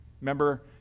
Remember